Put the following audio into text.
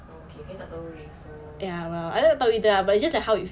okay saya tak tahu ring so